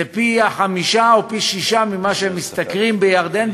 זה פי חמישה או שישה ממה שהם משתכרים בירדן,